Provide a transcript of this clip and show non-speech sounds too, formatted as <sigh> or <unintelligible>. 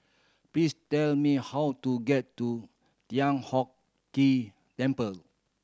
please tell me how to get to Thian Hock <unintelligible> Temple